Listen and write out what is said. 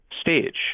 stage